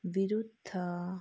विरुद्ध